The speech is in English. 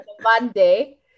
Monday